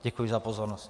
Děkuji za pozornost.